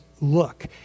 look